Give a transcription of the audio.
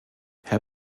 herr